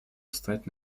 встать